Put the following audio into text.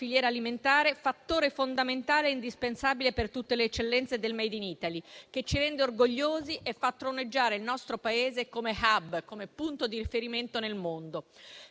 filiera alimentare, fattore fondamentale e indispensabile per tutte le eccellenze del *made in Italy*, ci rende orgogliosi e fa troneggiare il nostro Paese come *hub*, come punto di riferimento nel mondo.